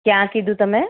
કયા કીધું તમે